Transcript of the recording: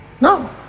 No